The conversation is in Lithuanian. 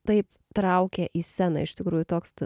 taip traukė į sceną iš tikrųjų toks